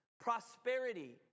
prosperity